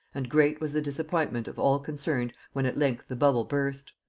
and great was the disappointment of all concerned when at length the bubble burst.